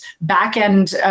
back-end